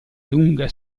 lunga